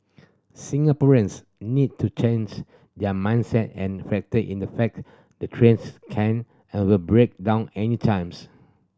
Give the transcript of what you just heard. Singaporeans need to change their mindset and factor in the fact the trains can and will break down anytimes